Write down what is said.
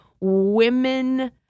women